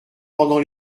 pendant